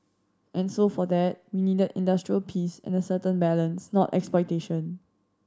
and so for that we needed industrial peace and a certain balance not exploitation